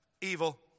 evil